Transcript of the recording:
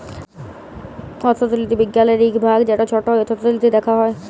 অথ্থলিতি বিজ্ঞালের ইক ভাগ যেট ছট অথ্থলিতি দ্যাখা হ্যয়